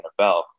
NFL